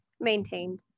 Maintained